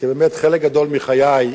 כי באמת חלק גדול מחיי,